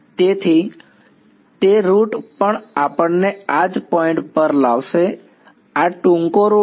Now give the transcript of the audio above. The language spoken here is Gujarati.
તેથી તે રૂટ પણ આપણને આ જ પોઇન્ટ પર લાવશે આ ટૂંકો રૂટ છે